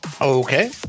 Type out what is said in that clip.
Okay